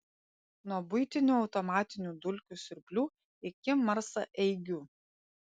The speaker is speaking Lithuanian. nuo buitinių automatinių dulkių siurblių iki marsaeigių